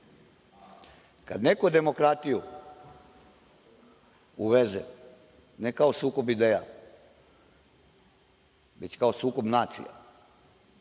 neko demokratiju uveze ne kao sukob ideja, već kao sukob nacija